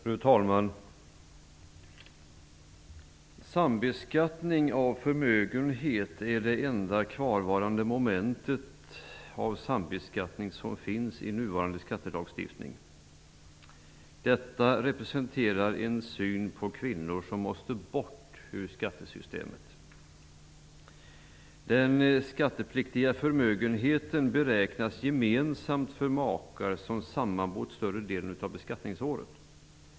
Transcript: Fru talman! Sambeskattning av förmögenhet är det enda kvarvarande momentet av sambeskattning som finns i nuvarande skattelagstiftning. Detta representerar en syn på kvinnor som måste bort ur skattesystemet. Den skattepliktiga förmögenheten beräknas gemensamt för makar som sammanbott större delen av beskattningsåret.